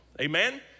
Amen